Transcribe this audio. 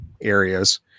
areas